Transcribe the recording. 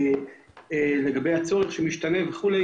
הוא דיבר על הצורך שמשתנה וכו'.